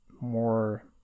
more